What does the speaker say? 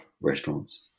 restaurants